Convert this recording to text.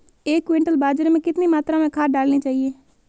एक क्विंटल बाजरे में कितनी मात्रा में खाद डालनी चाहिए?